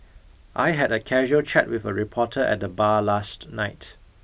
I had a casual chat with a reporter at the bar last night